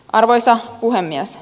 arvoisa puhemies